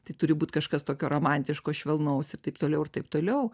tai turi būt kažkas tokio romantiško švelnaus ir aip toliau ir taip toliau